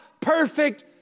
perfect